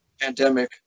pandemic